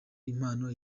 impano